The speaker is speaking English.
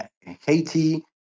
Haiti